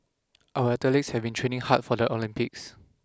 our athletes have been training hard for the Olympics